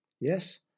Yes